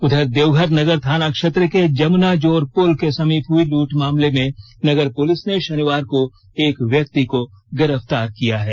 उधर देवघर नगर थाना क्षेत्र के जमुना जोर पुल के समीप हुई लूट मामले में नगर पुलिस ने शनिवार को एक व्यक्ति को गिरफ्तार किया है